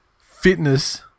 fitness